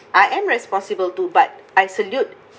I am responsible too but I salute